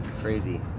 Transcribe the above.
crazy